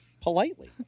Politely